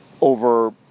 over